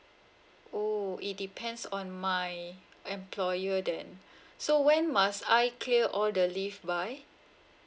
oh it depends on my employer then so when must I clear all the leave by